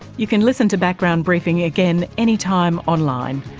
you can listen to background briefing again anytime online.